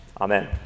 Amen